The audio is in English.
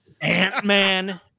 Ant-Man